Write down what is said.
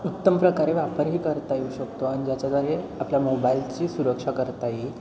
उत्तम प्रकारे वापरही करता येऊ शकतो आणि ज्याच्याद्वारे आपल्या मोबाईलची सुरक्षा करता येईल